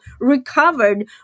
recovered